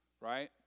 right